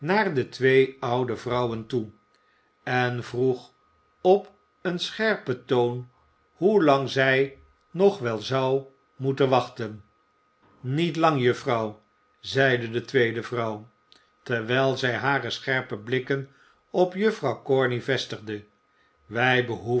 naar de twee oude vrouwen toe en vroeg op een scherpen toon hoelang zij nog wel zou moeten wachten niet lang juffrouw zeide de tweede vrouw terwijl zij hare scherpe blikken op juffrouw corney vestigde wij behoeven